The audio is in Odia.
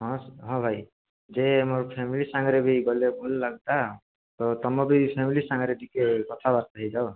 ହଁ ହଁ ଭାଇ ଯେ ଆମର ଫ୍ୟାମିଲି ସାଙ୍ଗରେ ବି ଗଲେ ଭଲ ଲାଗନ୍ତା ତ ତୁମେ ବି ଫ୍ୟାମିଲି ସାଙ୍ଗରେ ଟିକେ କଥାବାର୍ତ୍ତା ହୋଇଯାଅ